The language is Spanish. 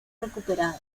recuperados